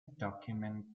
document